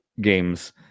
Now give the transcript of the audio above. games